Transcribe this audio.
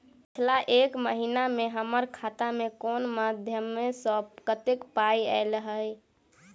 पिछला एक महीना मे हम्मर खाता मे कुन मध्यमे सऽ कत्तेक पाई ऐलई ह?